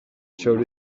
showed